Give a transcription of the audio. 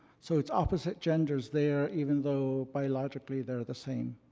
so it's opposite genders there, even though biologically, they're the same.